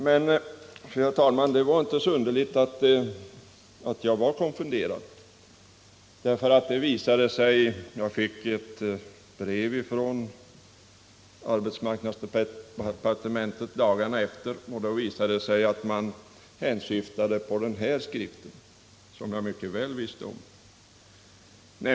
Men, herr talman, det var inte så underligt att jag var konfunderad. Jag fick ett brev från arbetsmarknadsdepartementet dagarna därefter, och då visade det sig att man hänsyftat på den skrivelse som jag just nu håller i min hand och som jag mycket väl kände till.